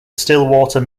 stillwater